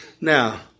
now